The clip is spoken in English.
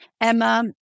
Emma